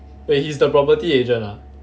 wait he's the property agent ah